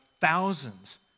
thousands